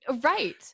Right